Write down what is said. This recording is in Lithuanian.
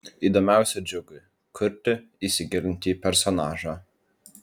įdomiausia džiugui kurti įsigilinti į personažą